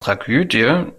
tragödie